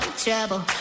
trouble